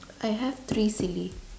I have three silly